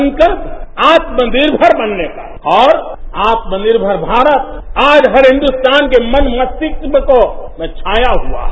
संकल्प आत्मनिर्भर बनने का और आत्मनिर्भर भारत आज हर हिन्दुस्तान के मन मष्तिक में तो छाया हुआ है